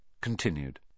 CONTINUED